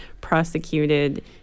prosecuted